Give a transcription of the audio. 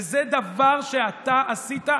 וזה דבר שאתה עשית.